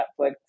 Netflix